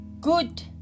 good